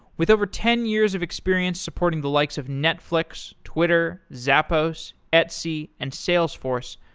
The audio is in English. with over ten years of experience supporting the likes of netflix, twitter, zappos, etsy, and salesforce,